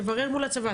תברר מול הצבא.